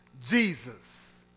Jesus